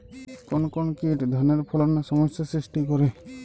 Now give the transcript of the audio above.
কোন কোন কীট ধানের ফলনে সমস্যা সৃষ্টি করে?